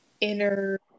inner